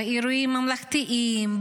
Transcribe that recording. באירועים ממלכתיים,